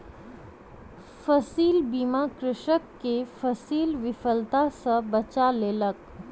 फसील बीमा कृषक के फसील विफलता सॅ बचा लेलक